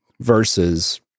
versus